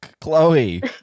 Chloe